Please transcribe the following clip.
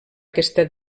aquesta